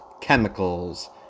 chemicals